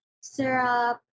syrup